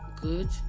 good